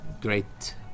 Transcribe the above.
great